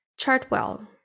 Chartwell